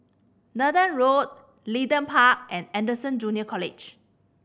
Nathan Road Leedon Park and Anderson Junior College